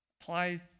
apply